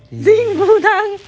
bubble tea